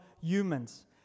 humans